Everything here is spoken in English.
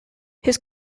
his